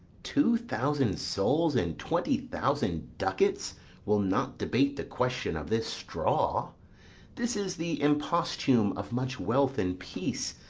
two thousand souls and twenty thousand ducats will not debate the question of this straw this is the imposthume of much wealth and peace,